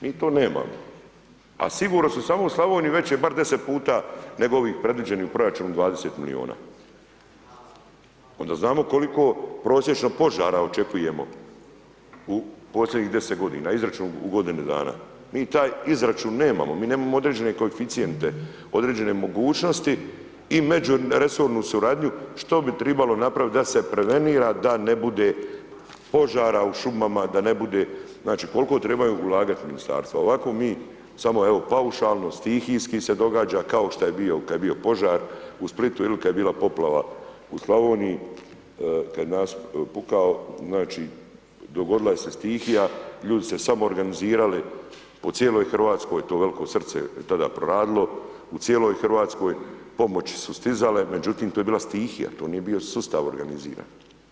Mi to nemamo a siguran sam, samo u Slavoniji već je bar 10 puta nego ovaj predviđen proračun od 20 milijuna, ona znamo koliko prosječno požara očekujemo u posljednjih 10 godina, izračun u godini dana, mi taj izračun nemamo mi nemamo određene koeficijente, određene mogućnosti i međuresornu suradnju što bi tribalo napravit da se previnira da ne bude požara u šumama, znači koliko trebaju ulagat ministarstva, ovako mi samo evo paušalno, stihijski se događa kao šta je bio kad je bio požar u Splitu ili kad je bila poplava u Slavoniji kad je nasip pukao znači dogodila se stihija, ljudi se samoorganizirali po cijeloj Hrvatskoj, to velko srce je tada proradilo u cijeloj Hrvatskoj pomoći su stizale, međutim to je bila stihija to nije bio sustav organiziran.